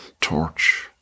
torch